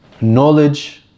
knowledge